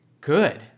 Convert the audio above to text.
good